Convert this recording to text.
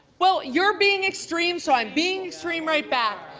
well, you're being extreme so i'm being extreme right back.